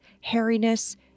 hairiness